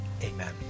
Amen